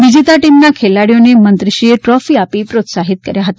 વિજેતા ટીમના ખેલાડીઓને મંત્રીશ્રીએ ટ્રોફી આપી પ્રોત્સાહિત કર્યા હતા